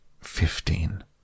fifteen